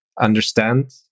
understand